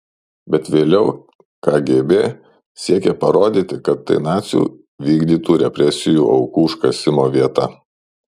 bet vėliau kgb siekė parodyti kad tai nacių vykdytų represijų aukų užkasimo vieta